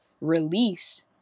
release